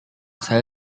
saya